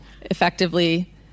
effectively